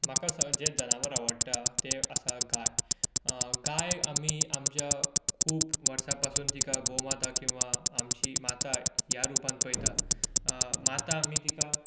म्हाका जे जनांवर आवडटा ते जावन आसा गाय गायक आमी आमच्या खूब वर्सां पासून तिका गोमाता किंवा आमची माता ह्या रुपान पयता माता आमी तीका